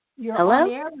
Hello